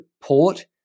Port